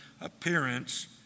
appearance